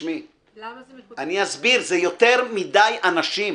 למה זה מחוץ --- אני אסביר: זה יותר מדי אנשים.